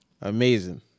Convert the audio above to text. amazing